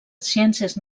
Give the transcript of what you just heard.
ciències